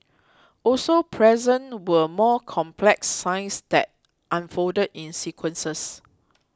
also present were more complex signs that unfolded in sequences